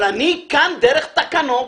אבל אני כאן דרך תקנות